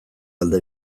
alde